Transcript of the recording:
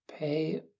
Pay